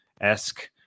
esque